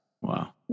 Wow